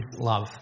love